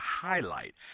highlight